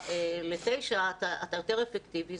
בשעות 19:00 21:00 אתה יותר אפקטיבי.